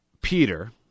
Peter